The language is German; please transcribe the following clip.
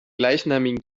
gleichnamigen